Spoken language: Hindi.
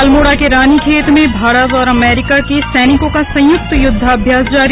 अल्मोड़ा के रानीखेत में भारत और अमेरिका के सैनिकों का संयुक्त युद्धाभ्यास जारी